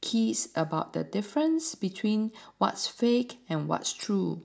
kids about the difference between what's fake and what's true